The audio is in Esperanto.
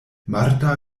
marta